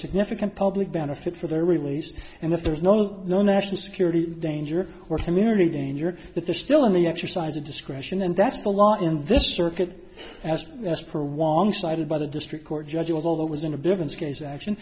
significant public benefit for their release and if there's no no national security danger or community danger that they're still in the exercise of discretion and that's the law in this circuit as per wank cited by the district court judge although that was in a